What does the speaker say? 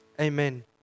Amen